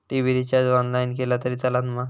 TV recharge online केला तरी चलात मा?